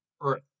Earth